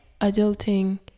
adulting